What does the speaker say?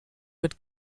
mit